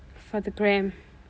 for the gram